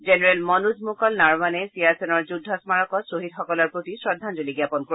general Manoj Mukul Naravane ছিয়াচেনৰ যুদ্ধ স্মাৰকত শ্বহীদসকলৰ প্ৰতি শ্ৰদ্ধাঞ্জলী জ্ঞাপন কৰিব